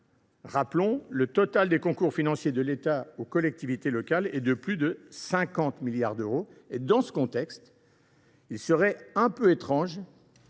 rappelons que le total des concours financiers de l’État aux collectivités locales est de plus de 50 milliards d’euros. À cet égard, il serait un peu étrange